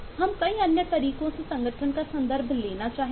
हमें कई अन्य तरीकों से संगठन का संदर्भ लेना होगा